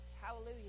hallelujah